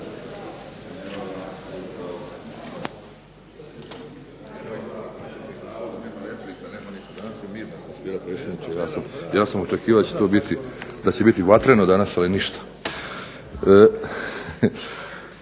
Ja sam očekivao da će biti vatreno danas, ali ništa.